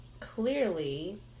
clearly